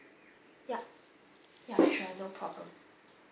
yup ya sure no problem